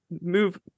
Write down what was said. move